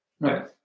Right